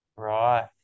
Right